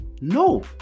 no